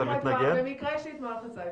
אבל למפעילות יש מאגרים שלהן,